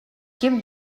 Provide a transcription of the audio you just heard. ким